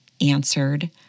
answered